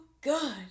good